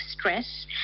stress